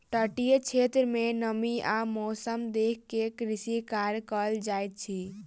तटीय क्षेत्र में नमी आ मौसम देख के कृषि कार्य कयल जाइत अछि